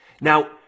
Now